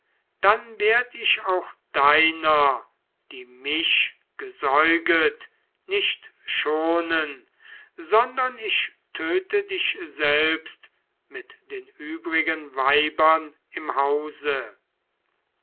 dann werd ich auch deiner die mich gesäuget nicht schonen sondern ich töte dich selbst mit den übrigen weibern im hause